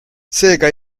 seega